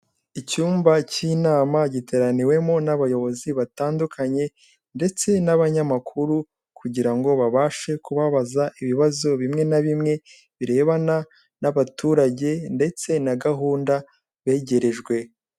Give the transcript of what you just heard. Icyumba cy'inama giteraniwemo n'abayobozi batandukanye ndetse n'abanyamakuru, kugira ngo babashe kubabaza ibibazo bimwe na bimwe, birebana n'abaturage ndetse na gahunda begerejwe.